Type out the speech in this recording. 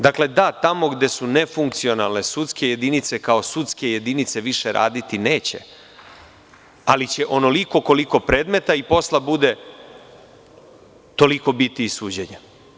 Dakle, da, tamo gde su nefunkcionalne sudske jedinice, kao sudske jedinice više raditi neće, ali će, onoliko koliko predmeta i posla bude, toliko biti i suđenja.